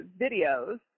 videos